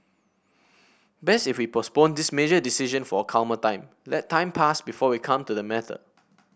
best if we postponed this major decision for a calmer time let time pass before we come to the matter